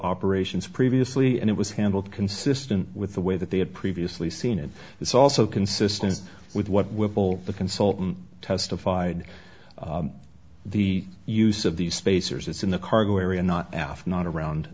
operations previously and it was handled consistent with the way that they had previously seen and it's also consistent with what whipple the consultant testified to the use of these spacers it's in the cargo area not after not around